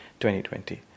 2020